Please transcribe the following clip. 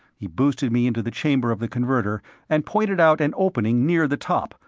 he boosted me into the chamber of the converter and pointed out an opening near the top,